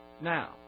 now